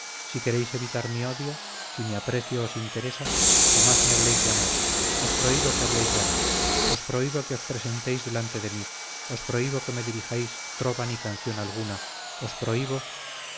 si queréis evitar mi odio si mi aprecio os interesa jamás me habléis de amor os prohíbo que habléis de amor os prohíbo que os presentéis delante de mí os prohíbo que me dirijáis trova ni canción alguna os prohíbo